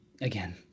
again